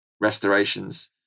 restorations